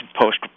Post